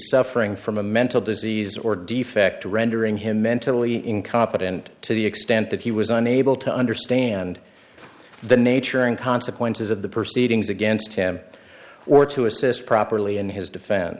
suffering from a mental disease or defect rendering him mentally incompetent to the extent that he was unable to understand the nature and consequences of the proceedings against him or to assess properly in his defense